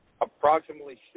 approximately